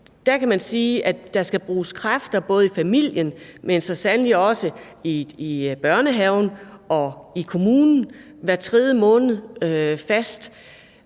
barn, skal bruges kræfter både i familien men så sandelig også i børnehaven og i kommunen fast hver tredje måned.